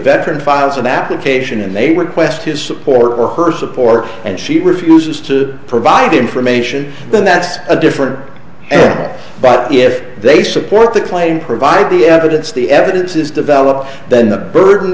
veteran files of application and they would quest his support or her support and she refuses to provide information then that's a different but if they support the claim provided the evidence the evidence is developed then the burden